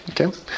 Okay